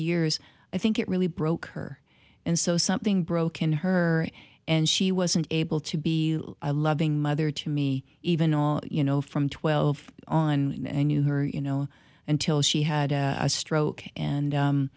years i think it really broke her and so something broken her and she wasn't able to be a loving mother to me even all you know from twelve on and you her you know until she had a stroke and